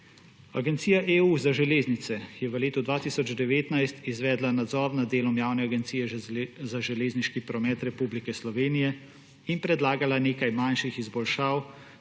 Agencija EU za železnice je v letu 2019 izvedla nadzor nad delom Javne agencije za železniški promet Republike Slovenije in predlagala nekaj manjših izboljšav